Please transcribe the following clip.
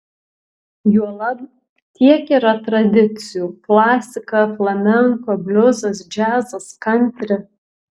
juolab tiek yra tradicijų klasika flamenko bliuzas džiazas kantri